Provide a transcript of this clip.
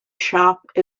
shop